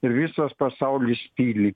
ir visas pasaulis tyli